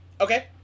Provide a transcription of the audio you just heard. Okay